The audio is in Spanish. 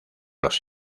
los